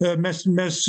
mes mes